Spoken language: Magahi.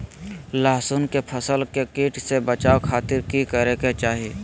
लहसुन के फसल के कीट से बचावे खातिर की करे के चाही?